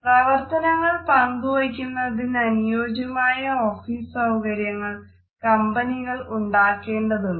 പ്രവർ ത്തനങ്ങൾ പങ്കുവയ്ക്കുന്നതിനനുയോജ്യമായ ഓഫീസ് സൌകര്യങ്ങൾ കമ്പനികൾക്ക് ഉണ്ടാകേണ്ടതുണ്ട്